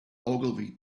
ogilvy